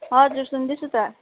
हजुर सुन्दैछु त